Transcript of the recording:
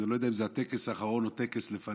אני לא יודע אם זה הטקס האחרון או טקס לפניו,